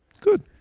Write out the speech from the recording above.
Good